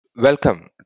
Welcome